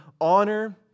honor